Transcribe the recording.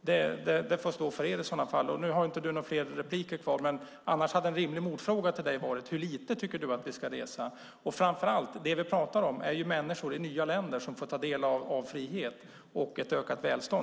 Det får i så fall stå för er. Annika Lillemets har inte fler repliker, men en rimlig motfråga hade varit: Hur lite ska vi resa? Vi talar framför allt om länder där människor nu får ta del av frihet och ett ökat välstånd.